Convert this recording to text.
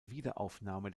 wiederaufnahme